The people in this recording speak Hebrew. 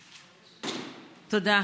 תודה.